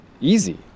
easy